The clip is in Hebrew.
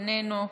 איננו,